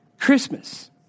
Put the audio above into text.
Christmas